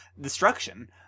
destruction